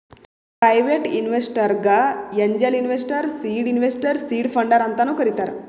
private ಇನ್ವೆಸ್ಟರ್ಗ angel investor, seed investor, seed funder ಅಂತಾನು ಕರಿತಾರ್